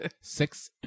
Six